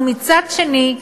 ומצד שני,